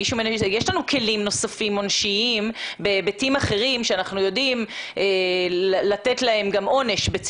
יש לנו כלים נוספים עונשיים בהיבטים אחרים שאנחנו יודעים לתת להם עונש.